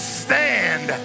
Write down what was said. stand